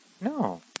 No